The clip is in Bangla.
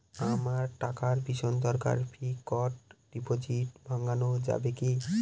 আমার টাকার ভীষণ দরকার ফিক্সট ডিপোজিট ভাঙ্গানো যাবে কি?